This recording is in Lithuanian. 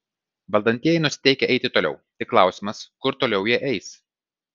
valdantieji nusiteikę eiti toliau tik klausimas kur toliau jie eis